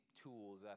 tools